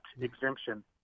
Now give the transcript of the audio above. exemption